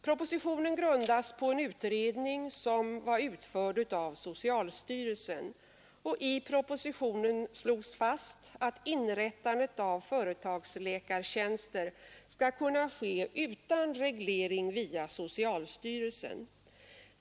Propositionen grundas på en utredning som utförts av socialstyrelsen. I propositionen slås fast att företagsläkartjänster skall kunna inrättas utan reglering via socialstyrelsen.